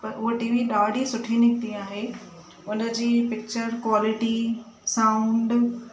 पर उहा टीवी ॾाढी सुठी निकिती आहे उन जी पिक्चर क्वालिटी साउंड